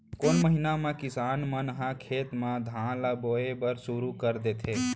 कोन महीना मा किसान मन ह खेत म धान ला बोये बर शुरू कर देथे?